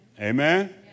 Amen